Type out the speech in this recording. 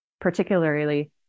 particularly